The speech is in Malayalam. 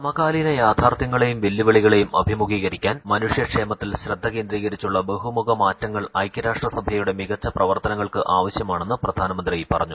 സമകാലീന യാഥാർഥ്യങ്ങളെയും വെല്ലുവിളികളെയും അഭിമുഖീകരിക്കാൻ മനുഷ്യക്ഷേമത്തിൽ ശ്രദ്ധ കേന്ദ്രീകരിച്ചുള്ള ബഹുമുഖ മാറ്റങ്ങൾ ഐക്യരാഷ്ട്രസഭയുടെ മികച്ച പ്രവർത്തനങ്ങൾക്ക് ആവശ്യമാണെന്ന് പ്രധാനമന്ത്രി പറഞ്ഞു